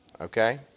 okay